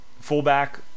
Fullback